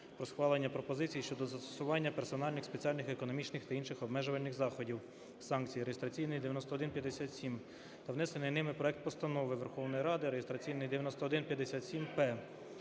"Про схвалення пропозицій щодо застосування персональних спеціальних економічних та інших обмежувальних заходів (санкцій)" (реєстраційний номер 9157) та внесений ними проект Постанови Верховної Ради (реєстраційний номер